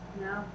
No